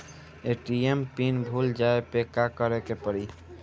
ATM PIN भूल जाए पे का करे के पड़ी?